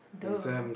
duh